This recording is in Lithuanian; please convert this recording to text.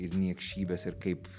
ir niekšybės ir kaip